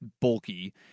bulky